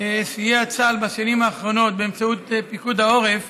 סייע צה"ל בשנים האחרונות באמצעות פיקוד העורף